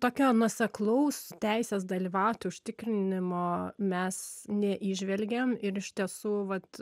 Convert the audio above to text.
tokio nuoseklaus teisės dalyvauti užtikrinimo mes neįžvelgėm ir iš tiesų vat